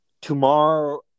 tomorrow